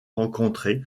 rencontré